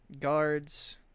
Guards